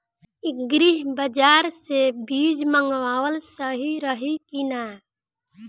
Agri बाज़ार से बीज मंगावल सही रही की ना?